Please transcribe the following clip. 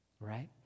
right